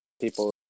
people